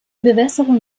bewässerung